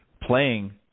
playing